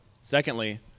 Secondly